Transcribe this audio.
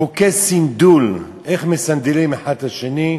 חוקי סנדול, איך מסנדלים אחד את השני.